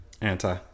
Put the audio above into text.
anti